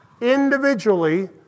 individually